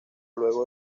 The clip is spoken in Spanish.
luego